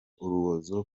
urubozo